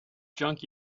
junk